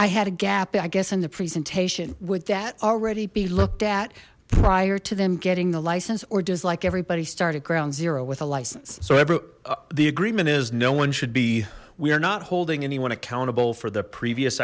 i had a gap i guess in the presentation would that already be looked at prior to them getting the license or does like everybody start at ground zero with a license so ever the agreement is no one should be we are not holding anyone accountable for the previous